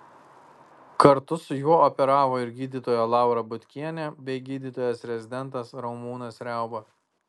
kartu su juo operavo ir gydytoja laura butkienė bei gydytojas rezidentas ramūnas riauba